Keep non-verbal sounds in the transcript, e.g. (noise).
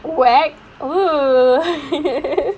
wack oo (laughs)